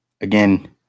again